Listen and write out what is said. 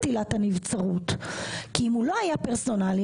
עילת הנבצרות כי אם הוא לא היה פרסונלי,